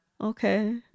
Okay